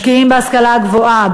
משקיעים בהשכלה הגבוהה,